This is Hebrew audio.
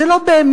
זה לא באמת,